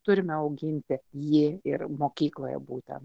turime auginti jį ir mokykloje būten